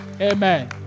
Amen